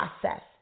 process